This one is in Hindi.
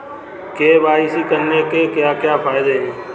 के.वाई.सी करने के क्या क्या फायदे हैं?